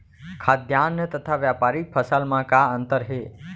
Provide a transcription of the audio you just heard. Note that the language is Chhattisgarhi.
खाद्यान्न तथा व्यापारिक फसल मा का अंतर हे?